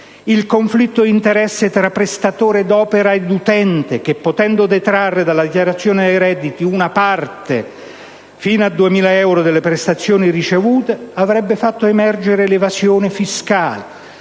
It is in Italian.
sul conflitto di interesse tra prestatore d'opera e utente che, potendo detrarre dalla dichiarazione dei redditi una parte fino a 2.000 euro delle prestazioni ricevute, avrebbe fatto emergere l'evasione fiscale.